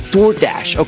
DoorDash